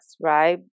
right